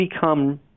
become